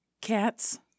cats